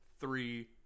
three